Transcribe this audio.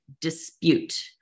dispute